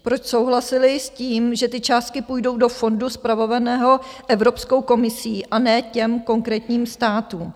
Proč souhlasili s tím, že ty částky půjdou do fondu spravovaného Evropskou komisí, a ne těm konkrétním státům?